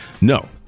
no